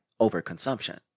overconsumption